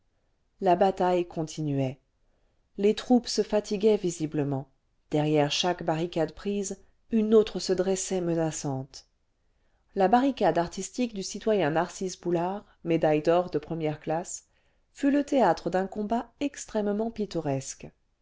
la bataille continuait les troupes se fatiguaient visiblement visiblement derrière chaque barricade prise une autre se dressait menaçante la barricade artistique du citoyen narcisse boulard médaille d'or de lre classe fut le théâtre d'un combat extrêmement pittoresque